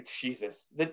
Jesus